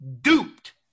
duped